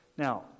Now